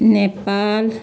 Nepal